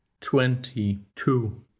twenty-two